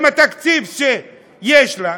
עם התקציב שיש לה,